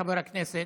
חבר הכנסת,